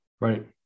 Right